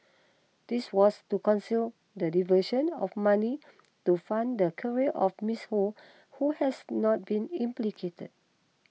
this was to conceal the diversion of money to fund the career of Miss Ho who has not been implicated